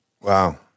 Wow